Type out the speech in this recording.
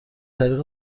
طریق